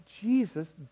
Jesus